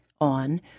on